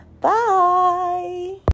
Bye